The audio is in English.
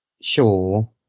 sure